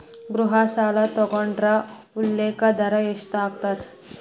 ಗೃಹ ಸಾಲ ತೊಗೊಂಡ್ರ ಉಲ್ಲೇಖ ದರ ಎಷ್ಟಾಗತ್ತ